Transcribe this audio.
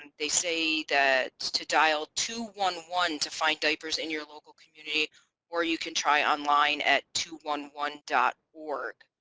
and they say that to dial two one one to find diapers in your local community or you can try online at two one one dot org.